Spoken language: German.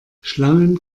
schlangen